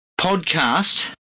podcast